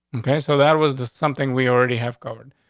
ok, so that was something we already have covered.